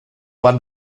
van